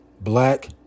black